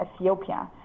ethiopia